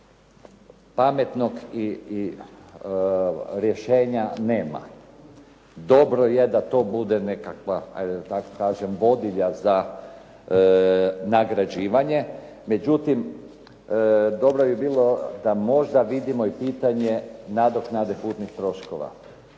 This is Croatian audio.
Pametnog rješenja nema. Dobro je da to bude nekakva hajde da tako kažem vodilja za nagrađivanje. Međutim, dobro bi bilo da možda vidimo i pitanje nadoknade putnih troškova.